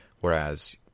whereas